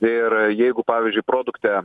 ir jeigu pavyzdžiui produkte